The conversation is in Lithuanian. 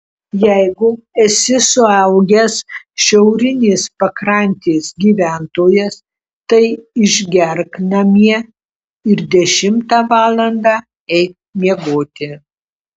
jeigu esi suaugęs šiaurinės pakrantės gyventojas tai išgerk namie ir dešimtą valandą eik miegoti